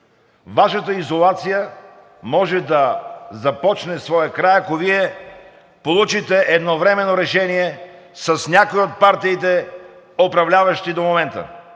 Вашата изолация може да започне своя край, ако Вие получите едновременно решение с някоя от партиите, управляващи до момента.